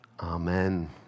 amen